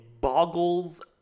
boggles